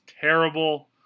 terrible